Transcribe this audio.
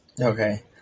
Okay